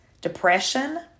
depression